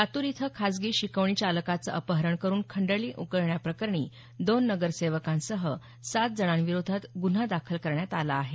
लातूर इथं खासगी शिकवणी चालकाचं अपहरण करुन खंडणी उकळल्या प्रकरणी दोन नगरसेवकांसह सात जणांविरोधात ग्रन्हा दाखल करण्यात आला आहे